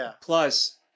Plus